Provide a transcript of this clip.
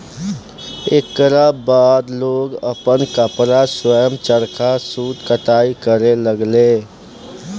एकरा बाद लोग आपन कपड़ा स्वयं चरखा सूत कताई करे लगले